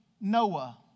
Noah